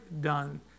done